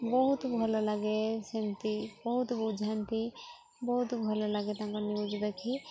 ବହୁତ ଭଲ ଲାଗେ ସେମିତି ବହୁତ ବୁଝାନ୍ତି ବହୁତ ଭଲ ଲାଗେ ତାଙ୍କ ନ୍ୟୁଜ୍ ଦେଖି